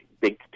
big